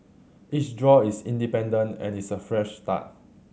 each draw is independent and is a fresh start